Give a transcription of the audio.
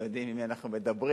ויודעים עם מי אנחנו מדברים.